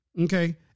Okay